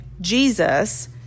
Jesus